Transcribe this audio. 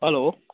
hello